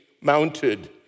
mounted